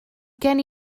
gen